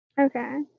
Okay